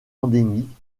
endémique